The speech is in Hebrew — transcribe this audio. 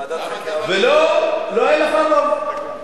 ולא היה לך רוב.